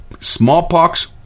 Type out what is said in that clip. Smallpox